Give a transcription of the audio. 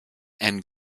and